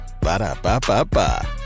Ba-da-ba-ba-ba